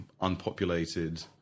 unpopulated